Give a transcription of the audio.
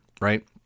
right